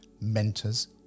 mentors